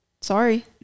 sorry